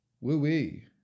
Woo-wee